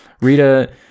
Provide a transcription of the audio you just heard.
Rita